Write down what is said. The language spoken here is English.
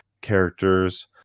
characters